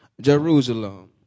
Jerusalem